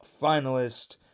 finalist